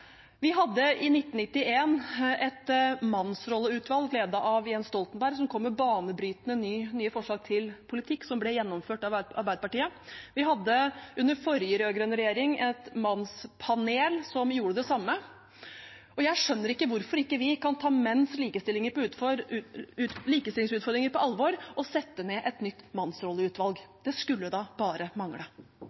Vi hadde i 1991 et mannsrolleutvalg ledet av Jens Stoltenberg som kom med banebrytende, nye forslag til politikk som ble gjennomført av Arbeiderpartiet. Vi hadde under forrige rød-grønne regjering et mannspanel som gjorde det samme. Jeg skjønner ikke hvorfor vi ikke kan ta menns likestillingsutfordringer på alvor og sette ned et nytt mannsrolleutvalg. Det skulle da bare mangle.